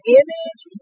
image